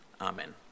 Amen